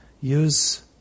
use